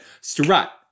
strut